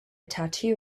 tattoo